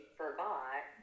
forgot